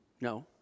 No